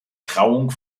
trauung